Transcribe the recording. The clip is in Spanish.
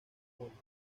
moldes